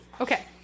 Okay